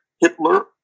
Hitler